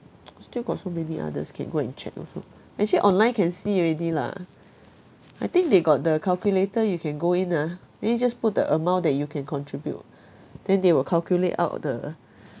still got so many others can go and check also actually online can see already lah I think they got the calculator you can go in ah then you just put the amount that you can contribute then they will calculate out the